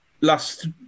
last